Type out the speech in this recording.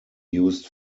used